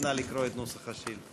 נא לקרוא את נוסח השאילתה.